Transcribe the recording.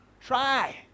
Try